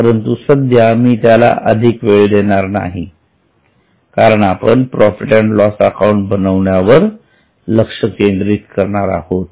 परंतु सध्या मी त्याला अधिक वेळ देणार नाही कारण आपण प्रॉफिट अँड लॉस अकाउंट बनविण्यावर लक्ष केंद्रित करणार आहोत